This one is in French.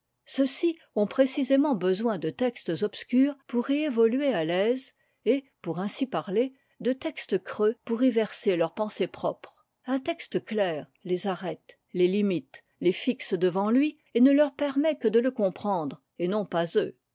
ceux-ci ont précisément besoin de textes obscurs pour y évoluer à l'aise et pour ainsi parler de textes creux pour y verser leur pensée propre un texte clair les arrête les limite les fixe devant lui et ne leur permet que de le comprendre et non pas eux